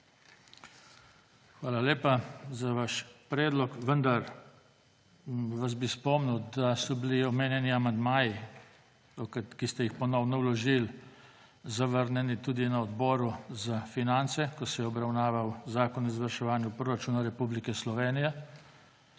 Hvala lepa za vaš predlog. Vendar vas bi spomnil, da so bili omenjeni amandmaji, ki ste jih ponovno vložili, zavrnjeni tudi na Odboru za finance, ko se je obravnaval zakon o izvrševanju proračuna Republike Slovenije.